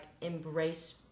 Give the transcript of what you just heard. embrace